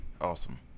Awesome